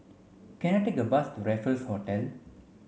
can I take a bus to Raffles Hotel